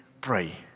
pray